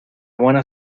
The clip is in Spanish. buena